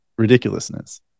Ridiculousness